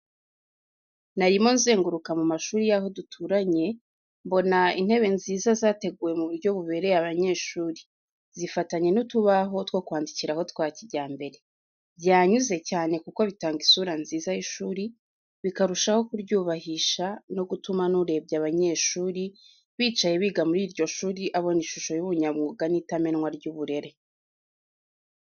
Narimo nzenguruka mu mashuri y’aho duturanye, mbona intebe nziza zateguwe mu buryo bubereye abanyeshuri, zifatanye n’utubaho two kwandikiraho twa kijyambere. Byanyuze cyane kuko bitanga isura nziza y’ishuri, bikarushaho kuryubahisha no gutuma n’urebye abanyeshuri bicaye biga muri iryo shuri abona ishusho y’ubunyamwuga n’itamenwa ry’uburere.